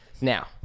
Now